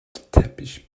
teppich